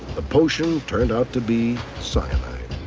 the potion turned out to be cyanide.